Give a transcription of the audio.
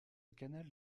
canal